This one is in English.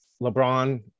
LeBron